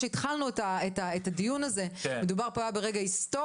וכפי שאמרנו בהתחלת הדיון הזה מדובר פה ברגע היסטורי